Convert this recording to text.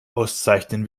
auszeichnen